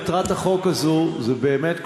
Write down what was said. מטרת החוק הזה היא באמת,